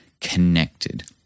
connected